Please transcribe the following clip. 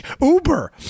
Uber